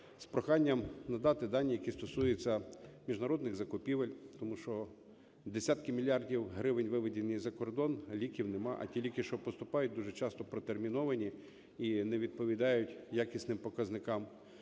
з проханням надати дані, які стосуються міжнародних закупівель, тому що десятки мільярдів гривень виведені за кордон, а ліків немає, а ті ліки, що поступають, дуже часто протерміновані і не відповідають якісним показникам.